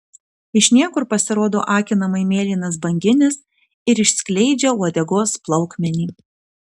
iš niekur pasirodo akinamai mėlynas banginis ir išskleidžia uodegos plaukmenį